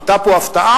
היתה פה הפתעה,